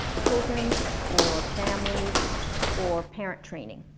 children or families or parent training